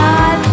God